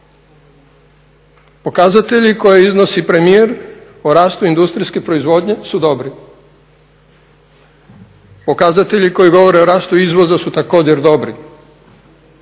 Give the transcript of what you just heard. Pokazatelji koje iznosi premijer o rastu industrijske proizvodnje su dobri, pokazatelji koji govore o rastu izvoza su također dobri,